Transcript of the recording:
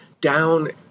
down